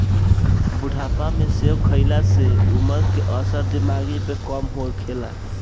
बुढ़ापा में सेब खइला से उमर के असर दिमागी पे कम होखेला